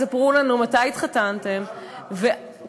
ספרו לנו מתי התחתנתם, לפי ההלכה.